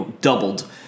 doubled